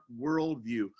worldview